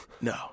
No